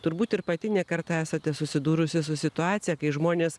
turbūt ir pati ne kartą esate susidūrusi su situacija kai žmonės